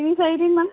তিনি চাৰি দিনমান